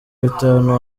bitanu